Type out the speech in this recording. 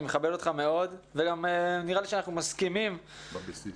אני מכבד אותך מאוד וגם נראה לי שאנחנו מסכימים על